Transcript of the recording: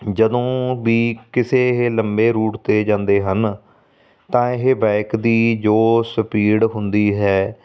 ਜਦੋਂ ਵੀ ਕਿਸੇ ਇਹ ਲੰਬੇ ਰੂਟ 'ਤੇ ਜਾਂਦੇ ਹਨ ਤਾਂ ਇਹ ਬਾਇਕ ਦੀ ਜੋ ਸਪੀਡ ਹੁੰਦੀ ਹੈ